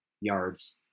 yards